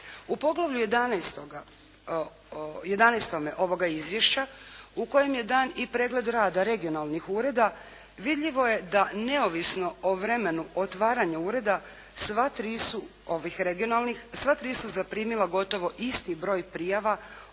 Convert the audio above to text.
U poglavlju XI. ovoga izvješća u kojem je dan i pregled rada regionalnih ureda, vidljivo je da neovisno o vremenu otvaranja ureda, sva tri su, ovih regionalnih,